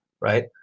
right